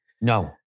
No